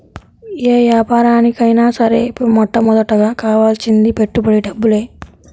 యే యాపారానికైనా సరే మొట్టమొదటగా కావాల్సింది పెట్టుబడి డబ్బులే